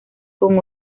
con